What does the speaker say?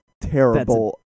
terrible